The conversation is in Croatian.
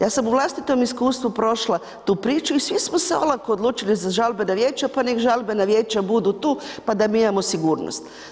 Ja sam iz vlastitog iskustva prošla tu priču i svi smo se olako odlučili za žalbeno vijeća, pa neki žalbena vijeća budu tu, pa da mi imamo sigurnost.